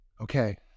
okay